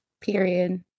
Period